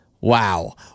Wow